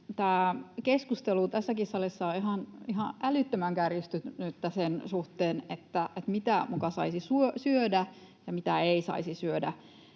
keskustelu tässäkin salissa on ihan älyttömän kärjistynyttä sen suhteen, mitä muka saisi syödä ja mitä ei saisi syödä.